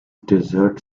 dessert